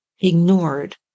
ignored